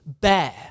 Bear